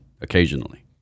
occasionally